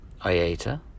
IATA